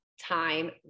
time